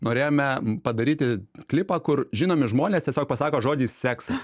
norėjome padaryti klipą kur žinomi žmonės tiesiog pasako žodį seksas